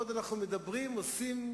בעוד אנחנו מדברים עושים,